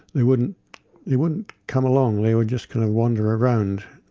they wouldn't they wouldn't come along, they were just kind of wandering around.